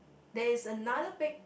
there's another big